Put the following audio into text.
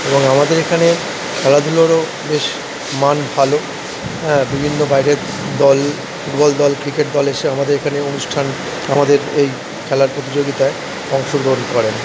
এবং আমাদের এখানে খেলাধুলোরও বেশ মান ভালো হ্যাঁ বিভিন্ন বাইরের দল ফুটবল দল ক্রিকেট দল এসে আমাদের এখানে অনুষ্ঠান আমাদের এই খেলার প্রতিযোগিতায় অংশগ্রহণ করেন